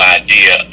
idea